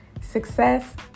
success